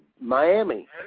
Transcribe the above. Miami